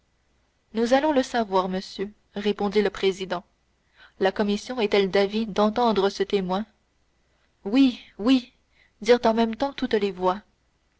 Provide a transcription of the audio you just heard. nous allons le savoir monsieur répondit le président la commission est-elle d'avis d'entendre ce témoin oui oui dirent en même temps toutes les voix